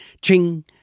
Ching